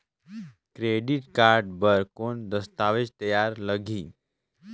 Credit card बर कौन दस्तावेज तैयार लगही?